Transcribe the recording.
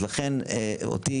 אז לכן אותי,